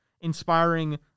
inspiring